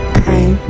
pain